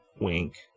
wink